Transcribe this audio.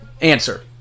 answer